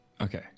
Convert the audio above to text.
Okay